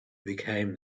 became